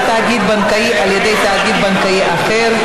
תאגיד בנקאי על ידי תאגיד בנקאי אחר),